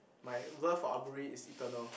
my love for aburi is eternal